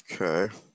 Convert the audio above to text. Okay